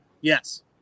Yes